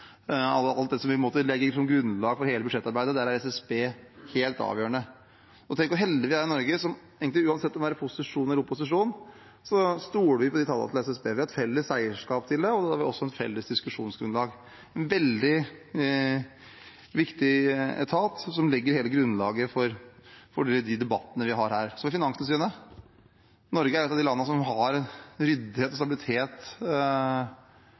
alt det som legger grunnlaget for hele budsjettarbeidet. Der er SSB helt avgjørende. Tenk hvor heldige vi er i Norge, for uansett om vi er i posisjon eller opposisjon, stoler vi på de tallene til SSB. Vi har et felles eierskap til det, og da har vi også et felles diskusjonsgrunnlag. Det er en veldig viktig etat, som legger hele grunnlaget for de debattene vi har her. Så er det Finanstilsynet. Norge er et av de landene som har ryddighet og stabilitet